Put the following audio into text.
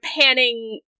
panning